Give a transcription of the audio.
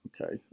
Okay